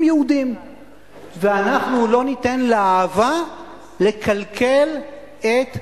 יהודים ואנחנו לא ניתן לאהבה לקלקל את השורה,